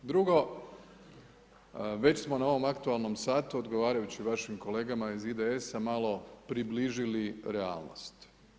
Drugo, već smo na ovom aktualnom satu odgovarajući vašim kolegama iz IDS-a malo približili realnost.